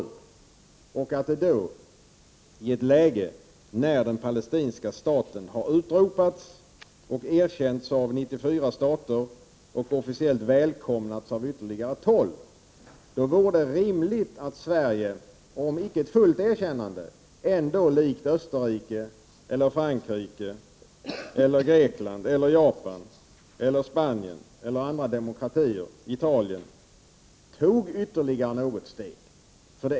I ett läge när den palestinska staten har utropats, erkänts av 94 stater och officiellt välkomnats av ytterligare 12, vore det rimligt att Sverige, om icke gav fullt erkännande ändå likt Österrike eller Frankrike eller Grekland eller Japan eller Spanien eller andra demokratier som Italien, tog ytterligare något steg.